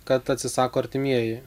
kad atsisako artimieji